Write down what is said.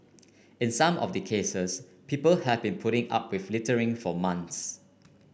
in some of the cases people have been putting up with littering for months